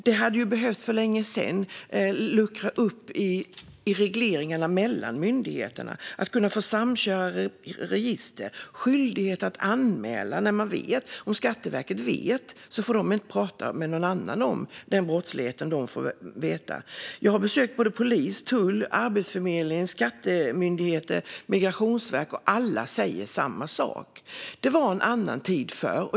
Man hade behövt luckra upp i regleringen mellan myndigheterna för länge sedan och ge dem möjlighet att samköra register. Det borde vara skyldighet att anmäla - om Skatteverket får vetskap om brottslighet får de inte prata med någon annan om den. Jag har besökt såväl polisen och tullen som Arbetsförmedlingen, Skatteverket och Migrationsverket, och alla säger samma sak: Det var en annan tid förr.